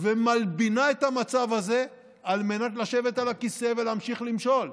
ומלבינה את המצב הזה על מנת לשבת על הכיסא ולהמשיך למשול.